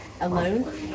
alone